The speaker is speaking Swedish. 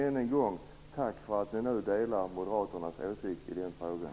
Än en gång: Tack för att ni nu delar Moderaternas åsikt i den frågan.